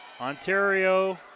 Ontario